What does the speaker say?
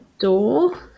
door